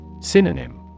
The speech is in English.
Synonym